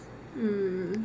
mm